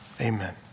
amen